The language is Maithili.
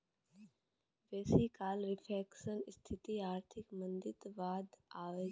बेसी काल रिफ्लेशनक स्थिति आर्थिक मंदीक बाद अबै छै